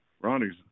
Ronnie's